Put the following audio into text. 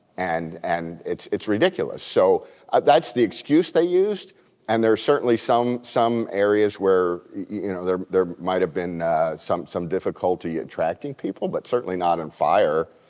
and and it's it's ridiculous. so ah that's the excuse they used and there are certainly some some areas where you know there there might have been some some difficulty attracting people but certainly not in fire,